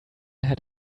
had